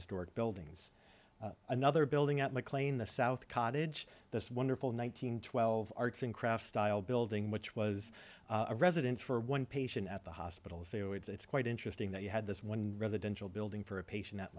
historic buildings another building out mclean the south cottage this wonderful nine hundred twelve arts and crafts style building which was a residence for one patient at the hospital so it's quite interesting that you had this one residential building for a patient at